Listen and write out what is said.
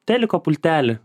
teliko pultelį